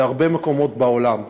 בהרבה מקומות בעולם.